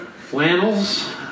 flannels